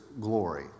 glory